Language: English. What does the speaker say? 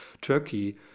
Turkey